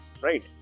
Right